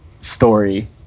Story